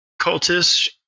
cultists